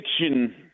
fiction